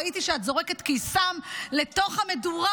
ראיתי שאת זורקת קיסם לתוך המדורה,